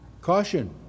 Caution